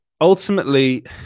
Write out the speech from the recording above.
ultimately